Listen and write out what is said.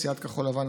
סיעת כחול לבן,